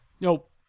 Nope